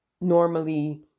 normally